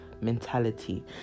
mentality